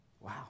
wow